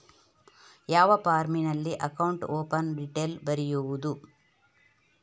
ಯಾವ ಫಾರ್ಮಿನಲ್ಲಿ account open detail ಬರೆಯುವುದು?